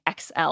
xl